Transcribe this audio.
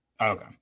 okay